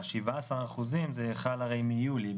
הרי ה-17% חלים מיולי,